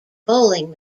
bowling